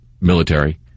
military